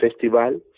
festival